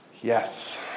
Yes